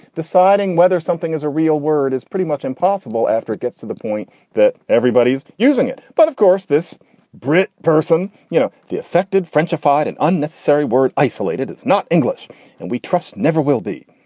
deciding whether something is a real word is pretty much impossible after it gets to the point that everybody's using it but, of course, this brit person, you know, the affected frenchified, an unnecessary word, isolated. it's not english and we trust never will be.